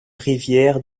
rivière